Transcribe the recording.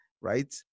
right